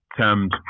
termed